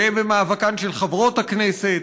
גאה במאבקן של חברות הכנסת,